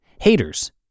Haters